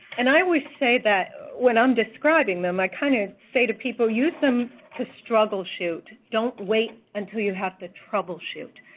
and i always say when i'm describing them i kind of say to people use them to struggle-shoot, don't wait until you have to troubleshoot.